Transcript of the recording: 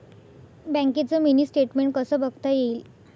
बँकेचं mini statement कसं बघता येईल?